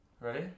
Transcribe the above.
Ready